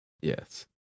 yes